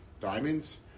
diamonds